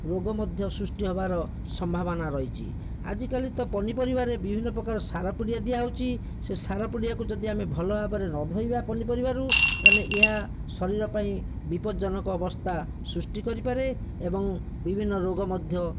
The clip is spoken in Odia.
ରୋଗ ମଧ୍ୟ ସୃଷ୍ଟି ହବାର ସମ୍ଭାବନା ରହିଛି ଆଜିକାଲି ତ ପନିପରିବାରେ ବିଭିନ୍ନ ପ୍ରକାର ସାର ପିଡ଼ିଆ ଦିଆହେଉଛି ସେ ସାର ପିଡ଼ିଆକୁ ଯଦି ଆମେ ଭଲ ଭାବରେ ନଧୋଇବା ପନିପରିବାରୁ ତାହେଲେ ଏହା ଶରୀର ପାଇଁ ବିପ୍ପଦଜନକ ଅବସ୍ଥା ସୃଷ୍ଟି କରିପାରେ ଏବଂ ବିଭିନ୍ନ ରୋଗ ମଧ୍ୟ